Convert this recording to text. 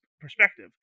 perspective